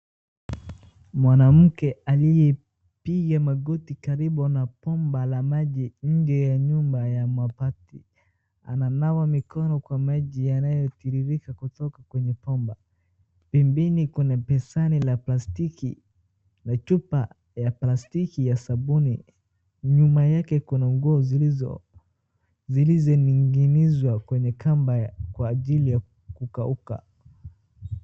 Mwanamke aliyepiga magoti karibu na bomba la maji nje ya nyumba ya mabati, ananawa mikono kwa maji yanayotiririka kutoka kwenye bomba. Pembeni kuna beseni la plastiki na chupa ya plastiki ya sabuni. Nyuma yake kuna nguo zilizo zilizonyinginizwa kwenye kamba kwa ajili ya kukauka.